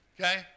Okay